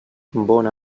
bona